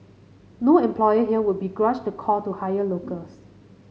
no employer here would begrudge the call to hire locals